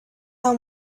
how